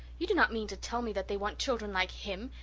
you do not mean to tell me that they want children like him!